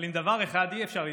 אבל עם דבר אחד אי-אפשר להתווכח: